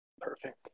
Perfect